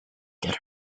get